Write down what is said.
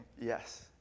Yes